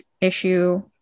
issue